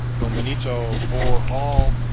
don benito bore all,